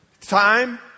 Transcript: Time